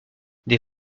des